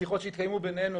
בשיחות שהתקיימו בינינו,